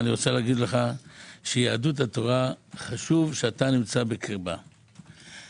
אני רוצה להגיד לך שחשוב שאתה נמצא בקרבה של יהדות התורה.